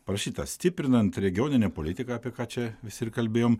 parašyta stiprinant regioninę politiką apie ką čia visi ir kalbėjom